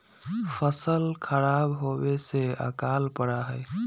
फसल खराब होवे से अकाल पडड़ा हई